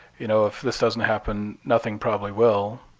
you know if this doesn't happen nothing probably will,